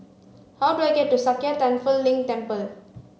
how do I get to Sakya Tenphel Ling Temple